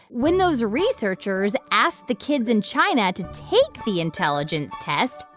when those researchers asked the kids in china to take the intelligence test,